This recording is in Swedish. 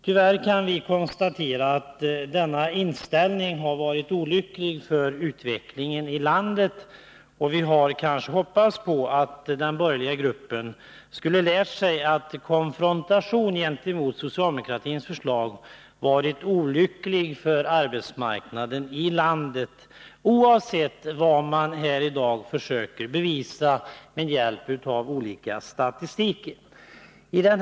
Tyvärr kan vi konstatera att denna inställning har varit olycklig för utvecklingen här i landet, och vi har kanske hoppats på att den borgerliga gruppen skulle ha lärt sig att konfrontation gentemot socialdemokratins förslag varit olycklig för arbetsmarknaden i landet — oavsett vad man här i dag försöker bevisa med hjälp av olika statistikuppgifter.